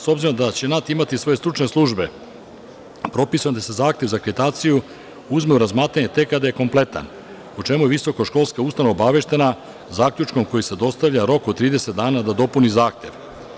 S obzirom da će „NAT“ imati svoje stručne službe, propisano je da će se zahtev za akreditaciju uzeti u razmatranje tek kada je kompletan, o čemu je visokoškolska ustanova obaveštena zaključkom koji se dostavlja rok od 30 dana da dopuni zahtev.